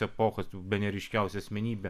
epochos bene ryškiausia asmenybė